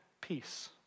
peace